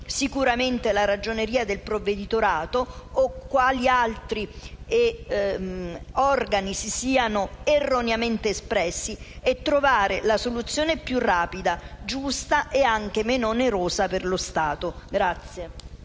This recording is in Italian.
sicuramente la ragioneria del Provveditorato, o quali altri organi si siano erroneamente espressi, e trovando la soluzione più rapida, giusta e anche meno onerosa per lo Stato.